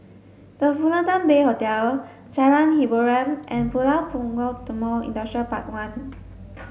The Fullerton Bay Hotel Jalan Hiboran and Pulau Punggol Timor Industrial Park one